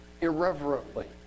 irreverently